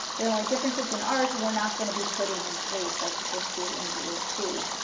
the only difference is, in ours we are not going to be putting in sleeves like you can see in view c.